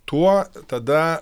tuo tada